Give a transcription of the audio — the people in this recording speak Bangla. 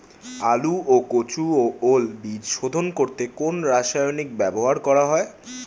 আলু ও কচু ও ওল বীজ শোধন করতে কোন রাসায়নিক ব্যবহার করা হয়?